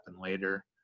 later